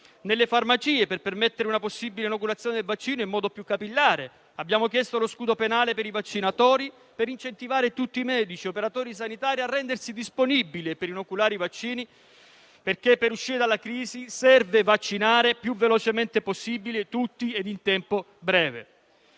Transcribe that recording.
nelle farmacie, per permettere una possibile inoculazione del vaccino in modo più capillare. Abbiamo chiesto lo scudo penale per i vaccinatori, per incentivare tutti i medici e gli operatori sanitari a rendersi disponibili per inoculare i vaccini, perché per uscire dalla crisi serve vaccinare il più velocemente possibile tutti e in tempo breve.